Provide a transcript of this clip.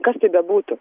kas tai bebūtų